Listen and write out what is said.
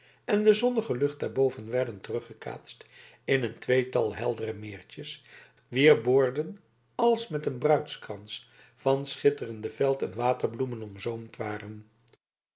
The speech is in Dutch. en de zonnige lucht daarboven werden teruggekaatst in een tweetal heldere meertjes wier boorden als met een bruidskrans van schitterende veld en waterbloemen omzoomd waren